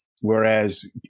whereas